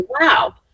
wow